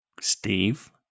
Steve